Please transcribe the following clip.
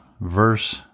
Verse